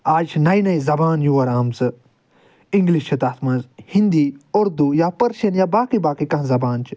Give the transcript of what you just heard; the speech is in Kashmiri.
آز چھِ نٔے نٔے زبان یور آمژٕ انگلِش چھِ تتھ منٛز ہندی اردو یا پٔرشٮ۪ن یا باقی باقی کانٛہہ زبان چھِ